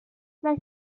für